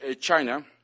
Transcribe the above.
China